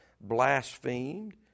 blasphemed